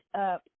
up